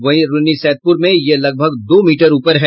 वहीं रून्नीसैदपुर में यह लगभग दो मीटर ऊपर है